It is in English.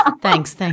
Thanks